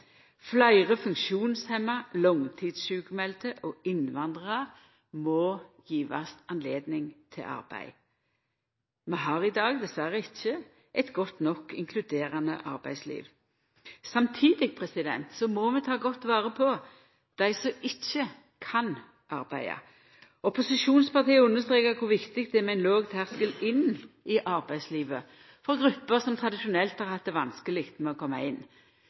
Fleire funksjonshemma, langtidssjukmelde og innvandrarar må gjevast høve til arbeid. Vi har i dag dessverre ikkje eit inkluderande arbeidsliv som er godt nok. Samtidig må vi ta godt vare på dei som ikkje kan arbeida. Opposisjonspartia understrekar kor viktig det er med ein låg terskel inn i arbeidslivet for grupper som tradisjonelt har hatt det vanskeleg med å koma inn.